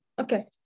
okay